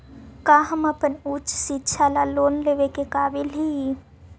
का हम अपन उच्च शिक्षा ला लोन लेवे के काबिल ही?